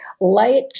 light